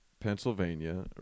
Pennsylvania